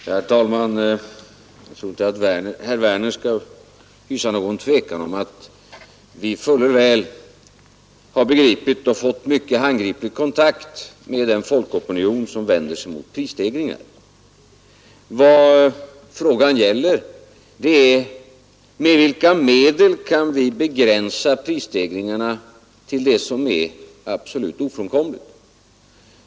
Herr talman! Jag tror inte att herr Werner i Tyresö skall hysa någon tvekan om att vi fuller väl har begripit och fått mycket handgripligt kontakt med den folkopinion som vänder sig mot prisstegringarna. Vad frågan gäller är: Med vilka medel kan vi begränsa prisstegringarna till det som är absolut ofrånkomligt?